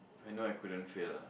you know I couldn't fail ah